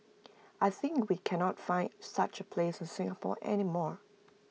I think we cannot find such A place in Singapore any more